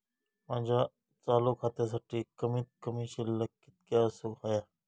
माझ्या चालू खात्यासाठी कमित कमी शिल्लक कितक्या असूक होया?